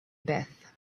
beth